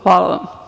Hvala vam.